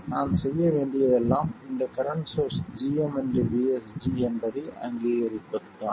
நான் செய்ய வேண்டியதெல்லாம் இந்த கரண்ட் சோர்ஸ் gm vSG என்பதை அங்கீகரிப்பதுதான்